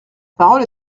parole